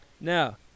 Now